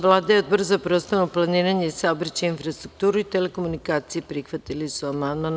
Vlada i Odbor za prostorno planiranje, saobraćaj, infrastrukturu i telekomunikacije prihvatili su amandman.